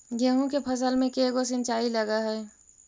गेहूं के फसल मे के गो सिंचाई लग हय?